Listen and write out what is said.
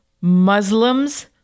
Muslims